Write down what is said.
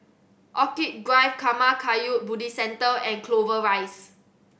Orchid Drive Karma Kagyud Buddhist Centre and Clover Rise